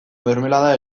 mermelada